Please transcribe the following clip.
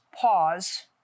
pause